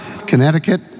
Connecticut